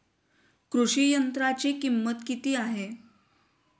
कृषी यंत्राची किंमत किती आहे?